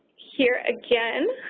here again